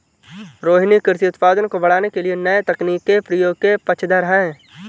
रोहिनी कृषि उत्पादन को बढ़ाने के लिए नए तकनीक के प्रयोग के पक्षधर है